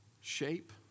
shape